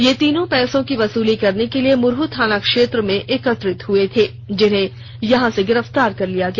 ये तीनों पैसों की वसूली करने के लिए मुरहू थानाक्षेत्र में एकत्रित हुए थे जिन्हें यहां से गिरफ्तार कर लिया गया